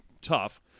tough